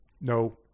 No